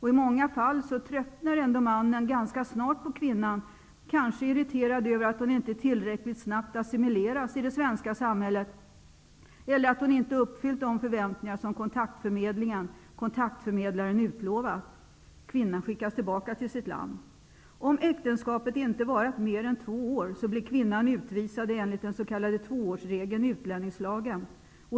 I många fall tröttnar dock mannen ganska snart på kvinnan, kanske irriterad över att hon inte tillräckligt snabbt assimileras i det svenska samhället eller över att hon inte uppfyllt de förväntningar som kontaktförmedlingen/kontaktförmedlaren har utlovat. Kvinnan skickas tillbaka till sitt land. Om äktenskapet inte varat mer än två år, blir kvinnan utvisad enligt den s.k. tvåårsregeln i utlänningslagen.